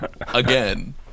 Again